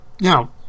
Now